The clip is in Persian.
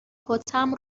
کتم